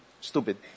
stupid